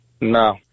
No